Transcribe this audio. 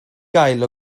gael